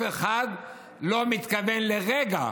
אף אחד לא מתכוון לרגע